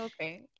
Okay